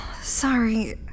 Sorry